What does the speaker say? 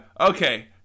Okay